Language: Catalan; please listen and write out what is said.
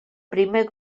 primer